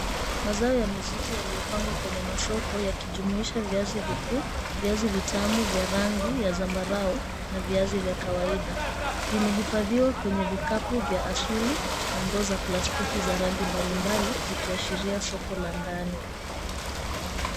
Mazao ya mizizi yaliyopangwa kwenye masoko ya kijumuisha viazi vikuu, viazi vitamu vya rangi ya zambarau, na viazi vya kawaida. Vimehifadhiwa kwenye vikapu vya asili na ndoo za plastiki za rangi mbalimbali, zikiashiria soko la ndani.